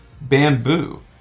Bamboo